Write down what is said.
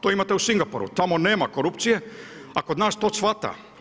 To imate u Singapuru, tamo nema korupcije, a kod nas to cvate.